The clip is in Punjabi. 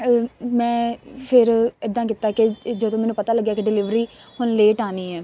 ਮੈਂ ਫਿਰ ਇੱਦਾਂ ਕੀਤਾ ਕਿ ਜਦੋਂ ਮੈਨੂੰ ਪਤਾ ਲੱਗਿਆ ਕਿ ਡਿਲੀਵਰੀ ਹੁਣ ਲੇਟ ਆਉਣੀ ਹੈ